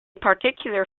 particular